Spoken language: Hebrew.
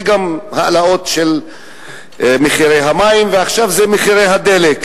גם העלאות של מחירי המים, ועכשיו זה מחירי הדלק.